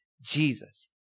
Jesus